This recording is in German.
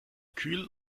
kühl